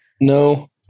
no